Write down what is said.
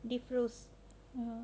defrost ah